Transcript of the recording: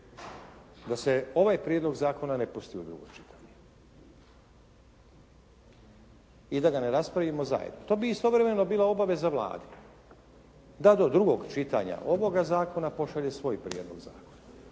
da se ovaj prijedlog zakona ne pusti u drugo čitanje i da ga ne raspravimo zajedno. To bi istovremeno bila obaveza Vlade da do drugog čitanja ovoga zakona pošalje svoj prijedlog zakona